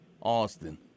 Austin